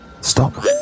Stop